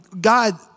God